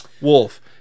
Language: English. Wolf